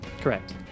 Correct